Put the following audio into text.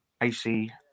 AC